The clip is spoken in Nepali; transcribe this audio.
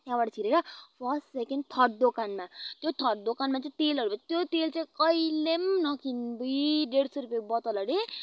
त्यहाँबाट छिरेर फर्स्ट सेकेन्ड थर्ड दोकानमा त्यो थर्ड दोकानमा चाहिँ तेलहरू बेच्छ त्यो तेल चाहिँ कहिल्यै पनि नकिन् अब्बुई ढेड सय रुपियाँ बोतल हरे